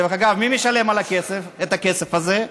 דרך אגב, מי משלם את הכסף הזה?